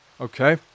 Okay